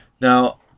now